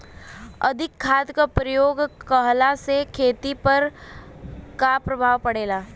अधिक खाद क प्रयोग कहला से खेती पर का प्रभाव पड़ेला?